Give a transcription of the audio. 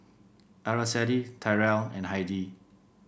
Araceli Tyrell and Heidi